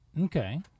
Okay